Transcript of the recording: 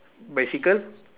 bicycle